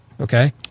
Okay